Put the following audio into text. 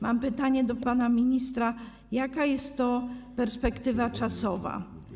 Mam pytanie do pana ministra: Jaka jest to perspektywa czasowa?